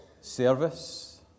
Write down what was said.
service